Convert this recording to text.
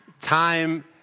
Time